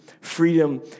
freedom